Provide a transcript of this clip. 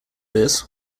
this